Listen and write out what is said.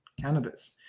cannabis